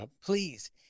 Please